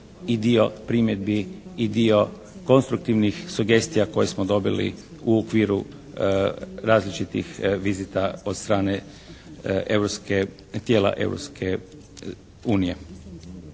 i dio primjedbi i dio konstruktivnih sugestija koje smo dobili u okviru različitih vizita od strane europske,